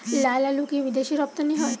লালআলু কি বিদেশে রপ্তানি হয়?